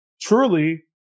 truly